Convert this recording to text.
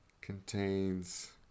Contains